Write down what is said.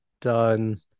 done